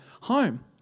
home